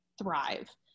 thrive